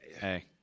Hey